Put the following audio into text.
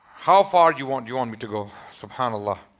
how far you want you want me to go? subhanallah